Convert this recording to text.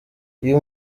uyu